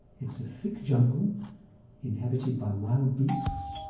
it's a thick jungle inhabited by wild beasts.